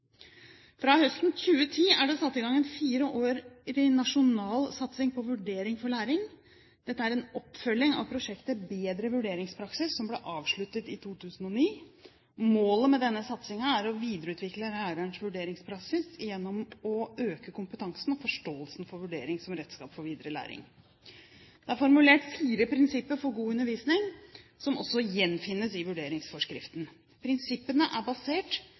Fra høsten 2010 er det satt i gang en fireårig nasjonal satsing på Vurdering for læring. Dette er en oppfølging av prosjektet Bedre vurderingspraksis, som ble avsluttet i 2009. Målet med denne satsingen er å videreutvikle lærerens vurderingspraksis gjennom å øke kompetansen og forståelsen for vurdering som redskap for videre læring. Det er formulert fire prinsipper for god undervisning som også gjenfinnes i vurderingsforskriften. Prinsippene er basert